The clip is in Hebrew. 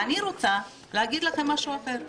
ואני רוצה להגיד לכם משהו אחר.